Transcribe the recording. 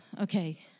Okay